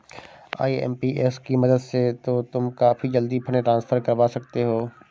IMPS की मदद से तो तुम काफी जल्दी फंड ट्रांसफर करवा सकते हो